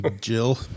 jill